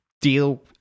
deal